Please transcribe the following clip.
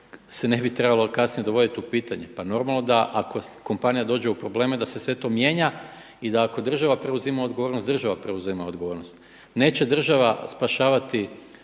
se ne bi trebalo kasnije dovoditi u pitanje. Pa normalno da ako kompanija dođe u probleme da se sve to mijenja i da ako država preuzima odgovornost, država preuzima odgovornost. Neće država spašavati